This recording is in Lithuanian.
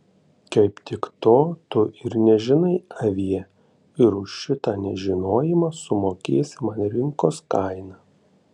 kaip tik to tu ir nežinai avie ir už šitą nežinojimą sumokėsi man rinkos kainą